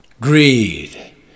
Greed